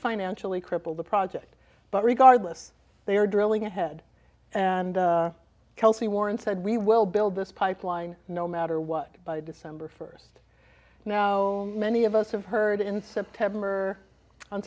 financially cripple the project but regardless they are drilling ahead and kelsie warren said we will build this pipeline no matter what by december first now many of us have heard in september on